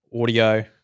audio